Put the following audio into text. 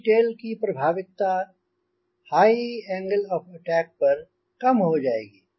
T tail की प्रभावकता high angle of attack पर कम हो जाएगी